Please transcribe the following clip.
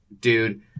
dude